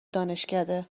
دانشکده